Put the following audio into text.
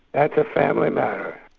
that's a family matter.